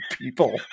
people